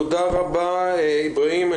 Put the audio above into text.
תודה רבה, איבראהים.